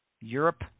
Europe